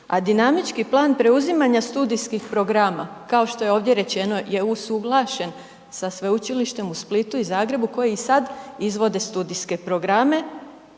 dinamički plan preuzimanja studijskih programa kao što je ovdje rečeno je usuglašen sa sveučilištem u Splitu i Zagrebu koji i sad izvode studijske programe